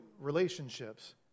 relationships